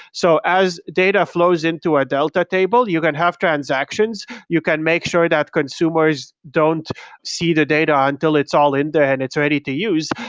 so as data flows into a delta table, you can have transactions, you can make sure that consumers don't see the data until it's all in there and it's ready to use.